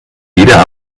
jeder